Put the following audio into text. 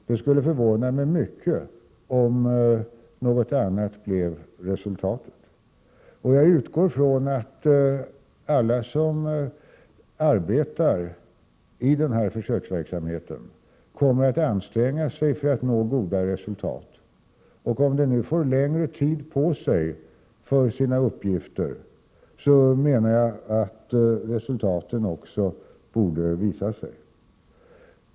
Det skulle förvåna mig mycket om resultatet blev något annat. Jag utgår från att alla som arbetar i försöksverksamheten också kommer att anstränga sig för att nå goda resultat. Om de får längre tid till förfogande, så borde resultaten också visa sig.